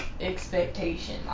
expectation